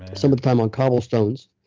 some of the time on cobblestones.